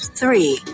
three